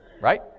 right